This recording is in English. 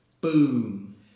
Boom